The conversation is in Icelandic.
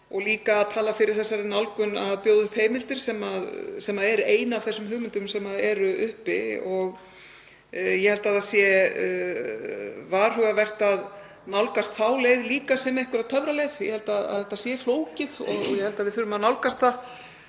og líka fyrir þessari nálgun að bjóða upp heimildir, sem er ein þeirra hugmynda sem eru uppi. Ég held að það sé líka varhugavert að nálgast þá leið sem einhverja töfraleið. Ég held að þetta sé flókið og tel að við þurfum að nálgast það